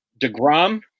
deGrom